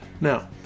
Now